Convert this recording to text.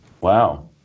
wow